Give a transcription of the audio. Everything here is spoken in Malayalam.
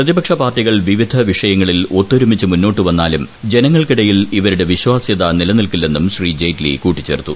പ്രതിപക്ഷ പാർട്ടികൾ വിവിധ വിഷയങ്ങളിൽ ഒത്തൊരുമിച്ച് മുന്നോട്ട് വന്നാലും ജനങ്ങൾക്കിടയിൽ ഇവരുടെ വിശ്വാസൃത നിലനിൽക്കില്ലെന്നും ശ്രീ ജെയ്റ്റ്ലി കൂട്ടിച്ചേർത്തു